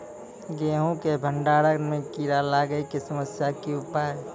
गेहूँ के भंडारण मे कीड़ा लागय के समस्या के उपाय?